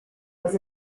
was